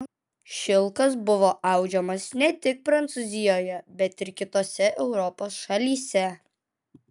šilkas buvo audžiamas ne tik prancūzijoje bet ir kitose europos šalyse